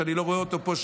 שאני לא רואה אותו פה,